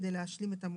כדי להשלים את המועד.